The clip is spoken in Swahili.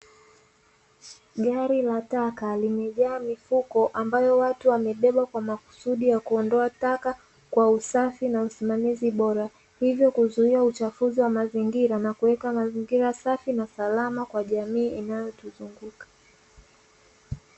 Gari la taka limejaa mifuko ambayo watu wamebeba kwa makusudi ya kuondoka taka kwa usafi na usimamizi bora, hivyo kuzuia uchafuzi wa mazingira na kuweka mazingira safi na salama kwa jamii inayotuzunguka.